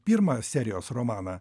pirmą serijos romaną